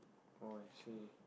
oh actually